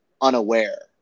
unaware